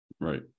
right